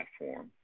platform